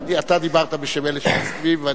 אתה דיברת בשם אלה שמסכימים.